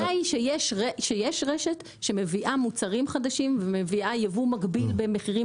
הנקודה היא שיש רשת שמביאה מוצרים חדשים ומביאה ייבוא מקביל במחירים